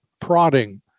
prodding